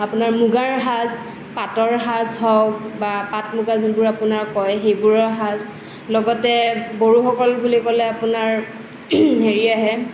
আপোনাৰ মুগাৰ সাজ হওঁক পাটৰ সাজ হওঁক বা পাট মুগাৰ যোনবোৰ আপোনাৰ কয় সেইবোৰৰ সাজ লগতে বড়োসকল বুলি ক'লে আপোনাৰ হেৰি আহে